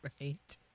Right